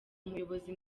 umuyobozi